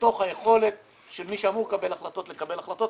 לתוך היכולת של מי שאמור לקבל החלטות לקבל החלטות.